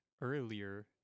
earlier